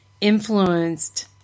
influenced